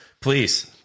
Please